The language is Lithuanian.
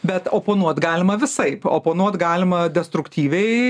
bet oponuot galima visaip oponuot galima destruktyviai